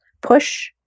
push